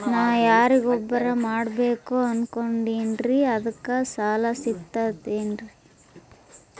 ನಾ ಎರಿಗೊಬ್ಬರ ಮಾಡಬೇಕು ಅನಕೊಂಡಿನ್ರಿ ಅದಕ ಸಾಲಾ ಸಿಗ್ತದೇನ್ರಿ?